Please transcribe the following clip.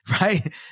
right